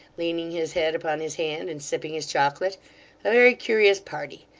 leaning his head upon his hand, and sipping his chocolate a very curious party.